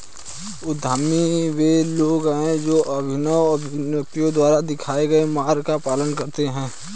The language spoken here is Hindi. उद्यमी वे लोग हैं जो अभिनव उद्यमियों द्वारा दिखाए गए मार्ग का पालन करते हैं